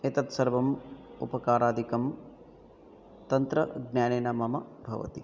एतत् सर्वम् उपकारादिकं तन्त्रज्ञानेन मम भवति